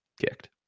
kicked